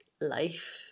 life